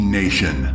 nation